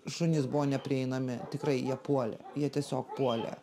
šunys buvo neprieinami tikrai jie puolė jie tiesiog puolė